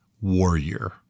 warrior